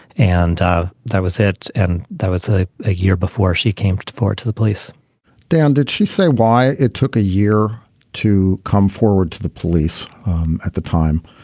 and that was it. and that was ah a year before she came forward to the police down did she say why it took a year to come forward to the police at the time?